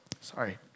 Sorry